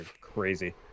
crazy